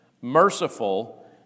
merciful